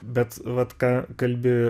bet vat ką kalbi